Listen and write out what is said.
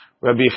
Rabbi